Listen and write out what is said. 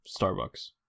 starbucks